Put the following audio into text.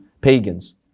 pagans